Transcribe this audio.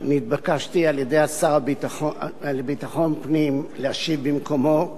נתבקשתי על-ידי השר לביטחון פנים להשיב במקומו,